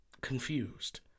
confused